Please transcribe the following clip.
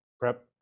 prep